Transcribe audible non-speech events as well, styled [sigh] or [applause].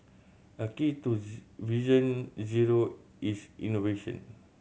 a key to [unintelligible] Vision Zero is innovation